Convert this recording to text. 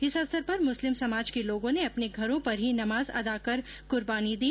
इस अवसर पर मुस्लिम समाज के लोगों ने अपने घरों पर ही नमाज अदा कर कुर्बानी दी